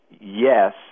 yes